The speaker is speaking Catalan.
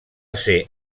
ser